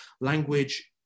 language